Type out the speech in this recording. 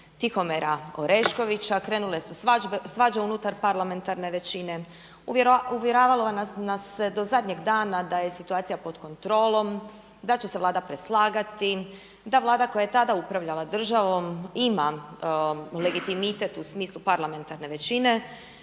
Tihomira Oreškovića, krenule su svađe unutar parlamentarne većine, uvjeravalo nas se do zadnjeg dana da je situacija pod kontrolom, da će se Vlada preslagati, da Vlada koja je tada upravljala državom ima legitimitet u smislu parlamentarne većine,